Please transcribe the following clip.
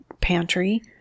pantry